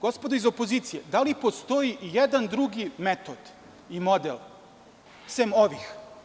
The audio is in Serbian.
Gospodo iz opozicije, da li postoji jedan drugi metod i model sem ovih?